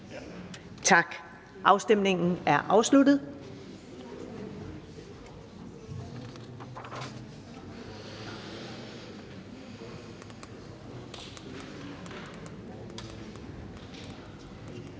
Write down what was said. Tak. Afstemningen er afsluttet.